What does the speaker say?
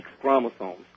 chromosomes